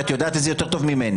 את יודעת את זה טוב ממני.